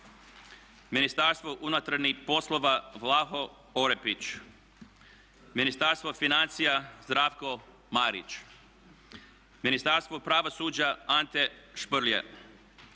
Ministarstvo unutarnjih poslova Vlaho Orepić. Ministarstvo financija Zdravko Marić. Ministarstvo pravosuđa Ante Šprlje.